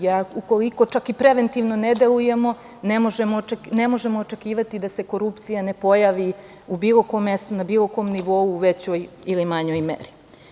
Jer, ukoliko čak i preventivno ne delujemo, ne možemo očekivati da se korupcija ne pojavi u bilo kom mestu, na bilo kom nivou, u većoj ili manjoj meri.